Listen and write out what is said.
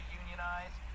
unionize